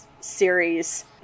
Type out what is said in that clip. series